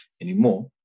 anymore